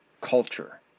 culture